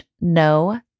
no